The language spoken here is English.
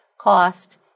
cost